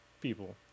people